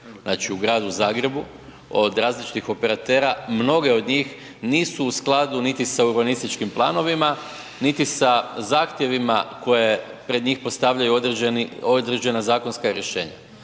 znači u gradu Zagrebu od različitih operatera, mnoge od njih nisu u skladu niti sa urbanističkim planovima, niti sa zahtjevima koje pred njih postavljaju određena zakonska rješenja.